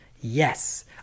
yes